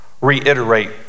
reiterate